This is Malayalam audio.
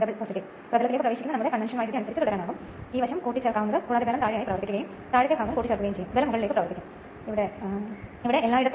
ഓപ്പൺ ഇൻഡക്ഷൻ മെഷീൻ കാണാൻ പരീക്ഷണശാലയിൽ ഞാൻ നിർദ്ദേശിക്കുന്നു തീർച്ചയായും അത് അവിടെ ഉണ്ടാകും